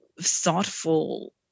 thoughtful